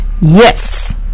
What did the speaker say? yes